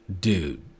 dude